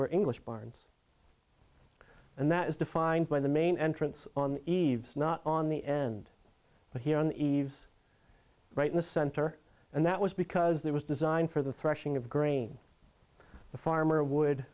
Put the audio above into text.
were english barns and that is defined by the main entrance on eaves not on the end but here on the eaves right in the center and that was because there was design for the threshing of grain the farmer would